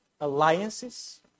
alliances